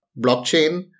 blockchain